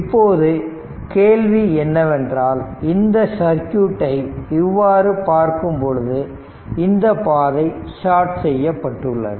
இப்போது கேள்வி என்னவென்றால் இந்த சர்க்யூட்டை இவ்வாறு பார்க்கும் பொழுது இந்த பாதை ஷார்ட் செய்யப்பட்டுள்ளது